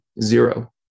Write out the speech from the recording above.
zero